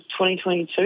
2022